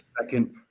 second